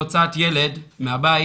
בהוצאת ילד מהבית,